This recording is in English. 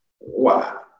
wow